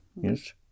yes